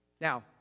Now